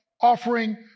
offering